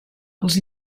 els